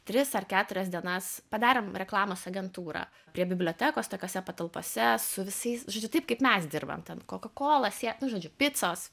tris ar keturias dienas padarėm reklamos agentūrą prie bibliotekos tokiose patalpose su visais žodžiu taip kaip mes dirbam ten koka kola sie nu žodžiu picos